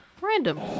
Random